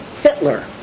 Hitler